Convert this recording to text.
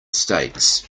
states